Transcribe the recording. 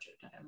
time